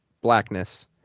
blackness